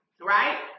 right